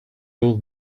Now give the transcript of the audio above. old